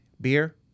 beer